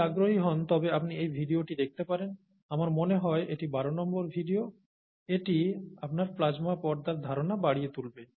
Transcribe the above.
যদি আগ্রহী হন তবে আপনি এই ভিডিওটি দেখতে পারেন আমার মনে হয় এটি বারো নম্বর ভিডিও এটি আপনার প্লাজমা পর্দার ধারণা বাড়িয়ে তুলবে